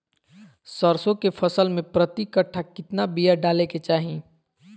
सरसों के फसल में प्रति कट्ठा कितना बिया डाले के चाही?